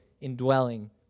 indwelling